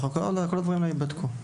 כל הדברים האלה ייבדקו.